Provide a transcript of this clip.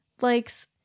likes